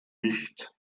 nicht